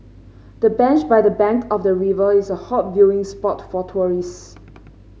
the bench by the bank of the river is a hot viewing spot for tourists